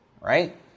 right